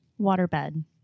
Waterbed